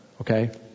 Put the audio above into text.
Okay